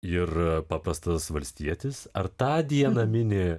ir paprastas valstietis ar tą dieną mini